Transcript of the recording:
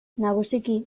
nagusiki